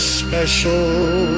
special